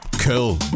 Cool